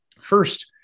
First